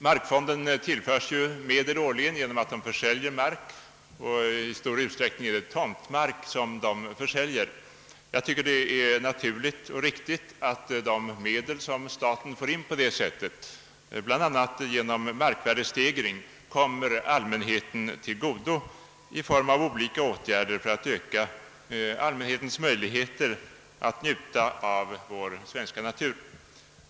Genom att markfonden försäljer mark — i stor utsträckning tomtmark — tillföres den årligen medel. Det är naturligt och riktigt att de medel som staten får in på detta sätt, bl.a. genom markvärdestegring, ökar allmänhetens möjligheter att njuta av vår svenska natur.